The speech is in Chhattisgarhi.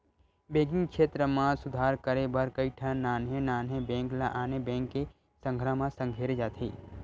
बेंकिंग छेत्र म सुधार करे बर कइठन नान्हे नान्हे बेंक ल आने बेंक के संघरा म संघेरे जाथे